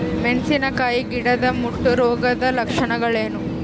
ಮೆಣಸಿನಕಾಯಿ ಗಿಡದ ಮುಟ್ಟು ರೋಗದ ಲಕ್ಷಣಗಳೇನು?